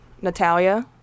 Natalia